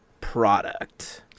product